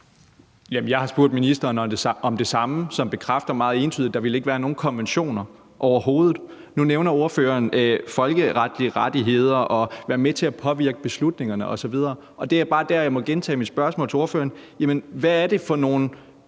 jeg har spurgt ministeren om det samme, og han bekræfter meget entydigt, at der ikke vil være nogen konsekvenser overhovedet. Nu nævner ordføreren folkeretlige rettigheder og det med at være med til at påvirke beslutningerne osv., og det er bare der, hvor jeg må gentage mit spørgsmål til ordføreren: Hvad er det for nogle